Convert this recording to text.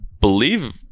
believe